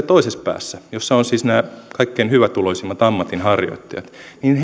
toisessa päässä jossa ovat siis nämä kaikkein hyvätuloisimmat ammatinharjoittajat